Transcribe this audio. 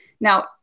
now